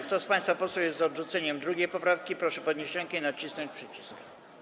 Kto z państwa posłów jest za odrzuceniem 2. poprawki, proszę podnieść rękę i nacisnąć przycisk.